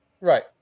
Right